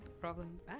problem